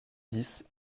dix